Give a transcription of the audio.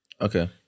Okay